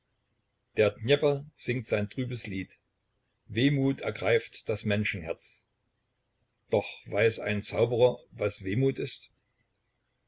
der dnjepr singt sein trübes lied wehmut ergreift das menschenherz doch weiß ein zauberer was wehmut ist